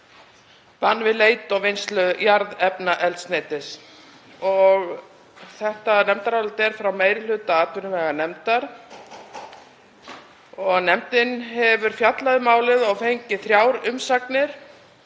bann við leit og vinnslu jarðefnaeldsneytis. Nefndarálitið er frá meiri hluta atvinnuveganefndar. Nefndin hefur fjallað um málið og fengið þrjár umsagnir,